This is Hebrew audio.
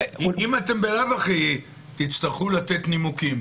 אם אתם בלאו הכי תצטרכו לתת נימוקים,